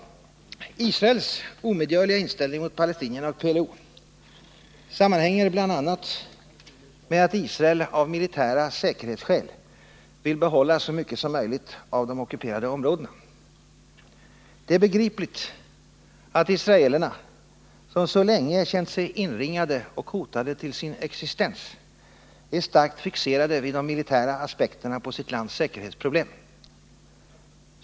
Israels omedgörliga inställning mot palestinierna och PLO sammanhänger bl.a. med att Israel av militära säkerhetsskäl vill behålla så mycket som möjligt av de ockuperade områdena. Det är begripligt att israelerna, som så länge känt sig inringade och hotade till sin existens, är starkt fixerade vid de militära aspekterna på sitt lands säkerhetsproblem.